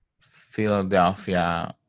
Philadelphia